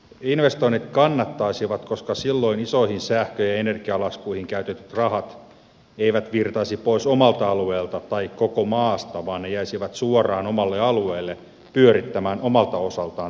investoinnit kannattaisivat koska silloin isoihin sähkö ja energialaskuihin käytetyt rahat eivät virtaisi pois omalta alueelta tai koko maasta vaan ne jäisivät suoraan omalle alueelle pyörittämään omalta osaltaan taloutta